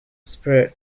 spirit